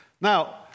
Now